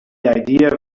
idea